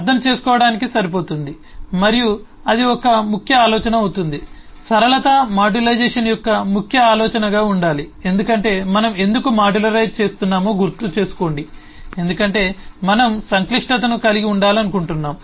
అర్థం చేసుకోవటానికి సరిపోతుంది మరియు అది ఒక ముఖ్య ఆలోచన అవుతుంది సరళత మాడ్యులైజేషన్ యొక్క ముఖ్య ఆలోచనగా ఉండాలి ఎందుకంటే మనం ఎందుకు మాడ్యులైజ్ చేస్తున్నామో గుర్తుచేసుకోండి ఎందుకంటే మనం సంక్లిష్టతను కలిగి ఉండాలనుకుంటున్నాము